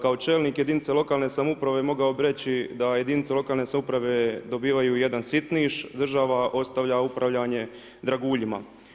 Kao čelnik jedinice lokalne samouprave mogao bih reći da jedinice lokalne samouprave dobivaju jedan sitniš, država ostavlja upravlja upravljanje draguljima.